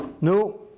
No